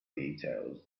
details